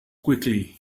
quickly